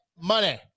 money